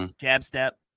jab-step